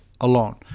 alone